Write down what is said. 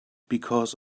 because